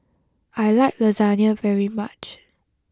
I like Lasagne very much